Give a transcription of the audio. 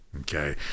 okay